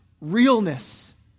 realness